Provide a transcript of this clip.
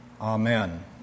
amen